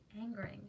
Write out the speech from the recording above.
angering